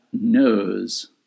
knows